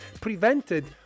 prevented